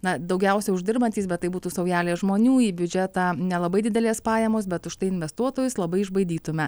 na daugiausiai uždirbantys bet tai būtų saujelė žmonių į biudžetą nelabai didelės pajamos bet užtai investuotojus labai išbaidytume